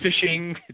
fishing